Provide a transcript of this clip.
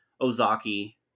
Ozaki